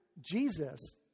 Jesus